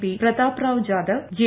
P Prataprao Jadhav J